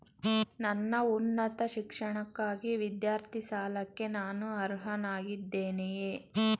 ನನ್ನ ಉನ್ನತ ಶಿಕ್ಷಣಕ್ಕಾಗಿ ವಿದ್ಯಾರ್ಥಿ ಸಾಲಕ್ಕೆ ನಾನು ಅರ್ಹನಾಗಿದ್ದೇನೆಯೇ?